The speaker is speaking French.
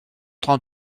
train